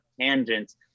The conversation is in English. tangents